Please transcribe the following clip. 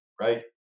Right